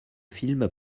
film